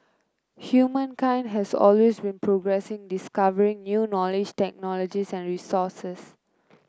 humankind has always progressing discovering new knowledge technologies and resources